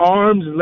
arms